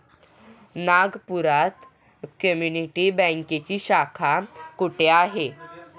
नागपुरात कम्युनिटी बँकेची शाखा कुठे आहे?